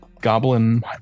goblin